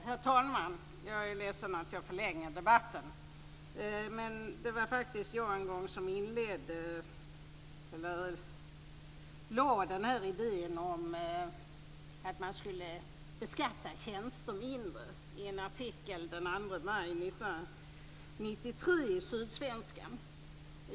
Herr talman! Jag är ledsen att jag förlänger debatten, men det var faktiskt jag som en gång förde fram idén att tjänster skall beskattas mindre, nämligen i en artikel i Sydsvenskan den 2 maj 1993.